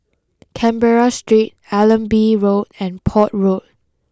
Canberra Street Allenby Road and Port Road